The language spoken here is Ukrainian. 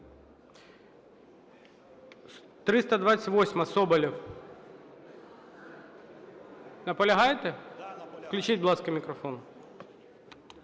Макаров. Наполягаєте? Включіть, будь ласка, мікрофон.